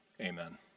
Amen